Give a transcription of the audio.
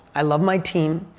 i love my team.